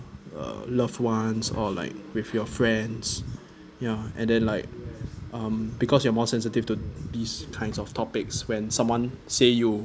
uh loved ones or like with your friends ya and then like um because you're more sensitive to these kinds of topics when someone say you